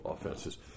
offenses